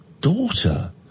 daughter